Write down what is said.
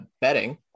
betting